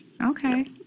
Okay